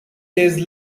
days